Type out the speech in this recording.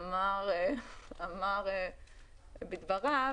אמר בדבריו,